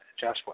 Joshua